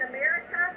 America